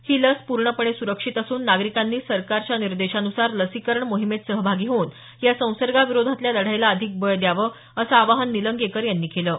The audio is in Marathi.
ही लस प्र्णपणे सुरक्षित असून नागरिकांनी सरकारच्या निर्देशानुसार लसीकरण मोहिमेत सहभागी होऊन या संसर्गविरोधातल्या लढाईला अधिक बळ द्यावं असं आवाहन निलंगेकर यांनी केलं आहे